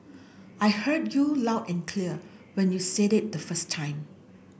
I heard you loud and clear when you said it the first time